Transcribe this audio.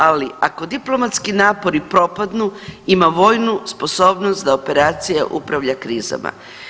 Ali ako diplomatski napori propadnu ima vojnu sposobnost da operacija upravlja krizama.